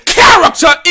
character